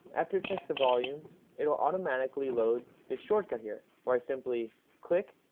after checks to volumes it will automatically load this shortcut here where i simply click,